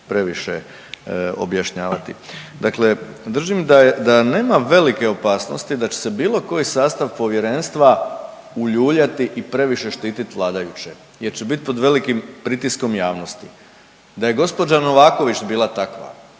previše objašnjavati. Dakle držim da je, da nema velike opasnosti da će se bilo koji sastav povjerenstva uljuljati i previše štitit vladajuće jer će bit pod velikim pritiskom javnosti. Da je gđa. Novaković bila takva